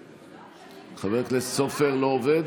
אצל חבר הכנסת סופר לא עובד?